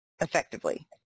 effectively